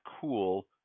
cool